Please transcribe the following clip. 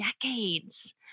decades